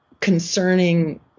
concerning